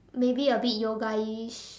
maybe a bit yogaish